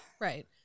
Right